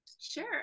Sure